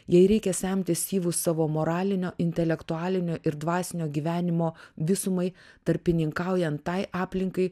jai reikia semti syvus savo moralinio intelektualinio ir dvasinio gyvenimo visumai tarpininkaujant tai aplinkai